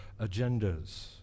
agendas